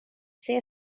ser